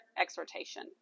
exhortation